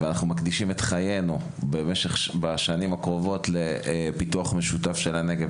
ואנחנו מקדישים את חיינו בשנים הקרובות לפיתוח משותף של הנגב,